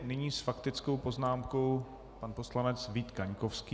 Nyní s faktickou poznámkou pan poslanec Vít Kaňkovský.